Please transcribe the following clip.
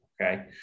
Okay